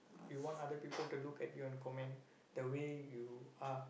you want other people to look at you and comment the way you are